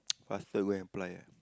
faster go and apply ah